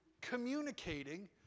communicating